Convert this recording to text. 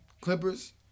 Clippers